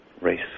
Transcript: race